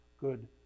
Good